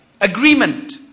agreement